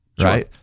Right